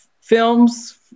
films